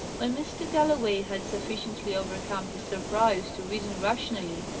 when mr. galloway had sufficiently overcome his surprise to reason rationally,